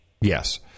Yes